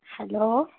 hello